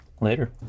Later